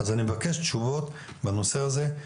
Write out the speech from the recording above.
אז, אני מבקש תשובות בנושא הזה,